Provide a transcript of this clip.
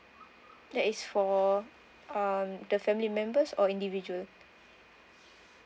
that is for uh the family members or individual